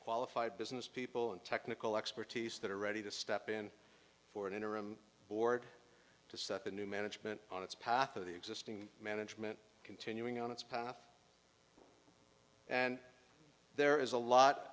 qualified business people and technical expertise that are ready to step in for an interim board to set the new management on its path of the existing management continuing on its path and there is a lot